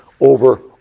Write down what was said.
over